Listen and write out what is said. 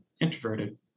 introverted